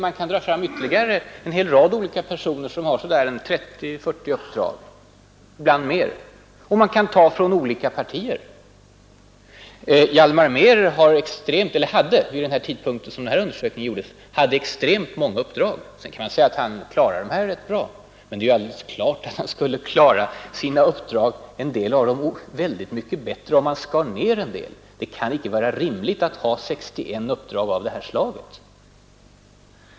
Man kan dra fram en hel rad olika personer som har 30—40 uppdrag, ibland flera, och man kan ta dem från olika partier, Hjalmar Mehr hade vid den tidpunkt då undersökningen gjordes extremt många uppdrag. Det kan naturligtvis sägas att han klarade dem rätt bra. Men det är alldeles uppenbart att han skulle ha klarat en del uppdrag väldigt mycket bättre, om han skurit ned antalet. Det kan inte vara rimligt att ha 61 uppdrag av detta slag.